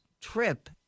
trip